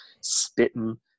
spitting